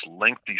lengthy